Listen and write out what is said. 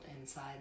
inside